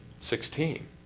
sixteen